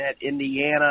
Indiana